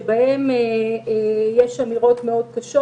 שבהם יש אמירות קשות מאוד,